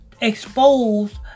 exposed